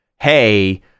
Hey